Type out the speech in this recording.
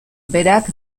berak